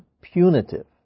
punitive